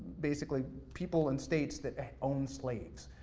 basically, people and states that own slaves.